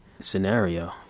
scenario